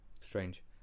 Strange